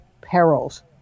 perils